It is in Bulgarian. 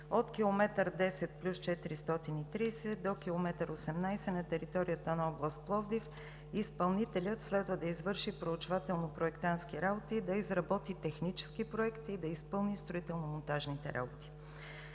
от км 10+430 до км 18 на територията на област Пловдив, изпълнителят следва да извърши проучвателно-проектантски работи, да изработи технически проект и да изпълни строително монтажните работи.